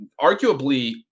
arguably